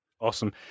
Awesome